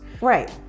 right